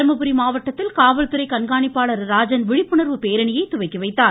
தருமபுரி மாவட்டத்தில் காவல்துறை கண்காணிப்பாளர் ராஜன் விழிப்புணர்வு பேரணியை துவக்கி வைத்தார்